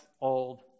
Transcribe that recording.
old